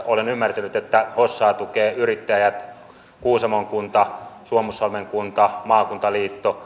olen ymmärtänyt että hossaa tukevat yrittäjät kuusamon kunta suomussalmen kunta maakuntaliitto